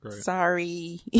sorry